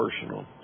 personal